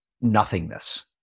nothingness